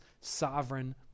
sovereign